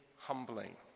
humbling